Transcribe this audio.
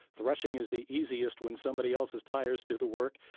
threshing is the easiest when somebody else's tires do the work.